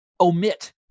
omit